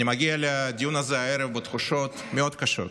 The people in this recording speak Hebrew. אני מגיע לדיון הזה הערב בתחושות מאוד קשות.